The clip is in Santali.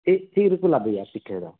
ᱪᱮᱫ ᱪᱮᱫ ᱨᱮᱠᱚ ᱞᱟᱫᱮᱭᱟ ᱯᱤᱴᱷᱟᱹ ᱫᱚ